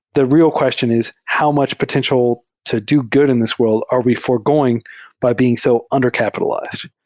the real question is how much potential to do good in this wor ld are we foregoing by being so undercapitalized.